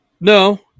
No